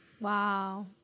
Wow